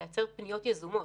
פניות יזומות.